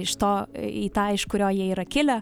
iš to į tą iš kurio jie yra kilę